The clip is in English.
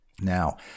now